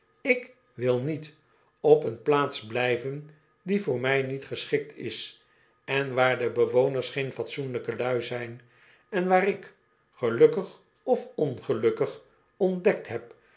ik wil niet op een plaats blijven die voor mij niet geschikt is en waar de bewoners geen fatsoenlijke lui zijn en waar ik gelukkig of ongelukkig ontdekt heb